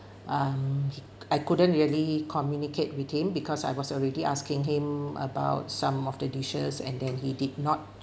um I couldn't really communicate with him because I was already asking him about some of the dishes and then he did not